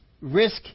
risk